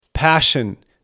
Passion